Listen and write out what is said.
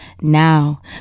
now